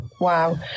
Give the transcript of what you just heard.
Wow